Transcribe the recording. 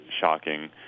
shocking